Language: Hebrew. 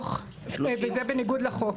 וזה בניגוד לחוק.